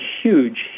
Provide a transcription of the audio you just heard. huge